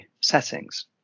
settings